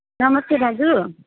नमस्ते दाजु